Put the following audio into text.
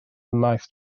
ymaith